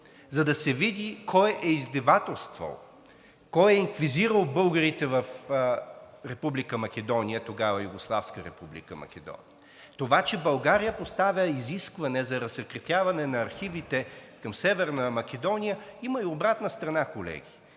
за да се види кой е издевателствал, кой е инквизирал българите в Република Македония, тогава Югославска Република Македония. Това че България поставя изискване за разсекретяване на архивите към Северна Македония, има и обратна страна, колеги.